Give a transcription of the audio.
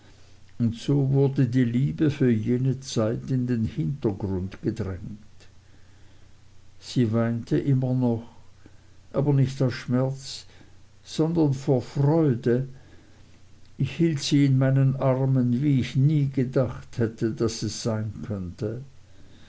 und so wurde die liebe für jene zeit in den hintergrund gedrängt sie weinte immer noch aber nicht aus schmerz sondern vor freude ich hielt sie in meinen armen wie ich nie gedacht hätte daß es sein könnte